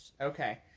okay